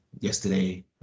yesterday